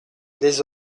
les